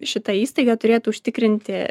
šita įstaiga turėtų užtikrinti